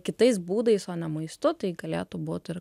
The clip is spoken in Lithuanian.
kitais būdais o ne maistu tai galėtų būt ir